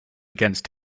against